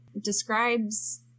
describes